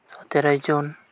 ᱥᱚᱛᱮᱨᱚᱭ ᱡᱩᱱ